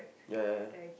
ya ya ya